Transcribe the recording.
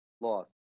Loss